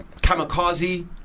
Kamikaze